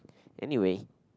anyway